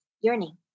yearning